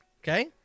okay